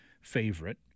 favorite